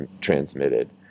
transmitted